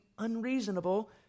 unreasonable